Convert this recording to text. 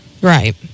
Right